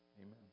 Amen